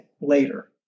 later